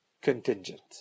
contingent